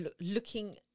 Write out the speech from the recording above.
looking